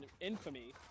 infamy